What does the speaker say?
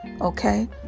okay